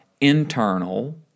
internal